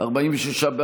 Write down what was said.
13 לא נתקבלה.